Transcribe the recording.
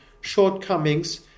shortcomings